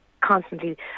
constantly